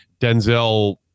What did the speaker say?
Denzel